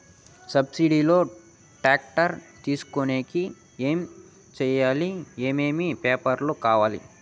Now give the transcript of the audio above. Subsidy లో tractor తీసుకొనేకి ఏమి చేయాలి? ఏమేమి పేపర్లు కావాలి?